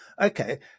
okay